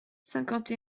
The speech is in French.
cinquante